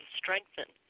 strengthen